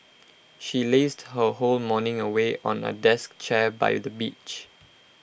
she lazed her whole morning away on A desk chair by the beach